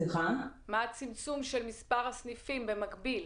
גודל הצמצום של מספר הסניפים במקביל?